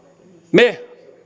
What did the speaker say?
me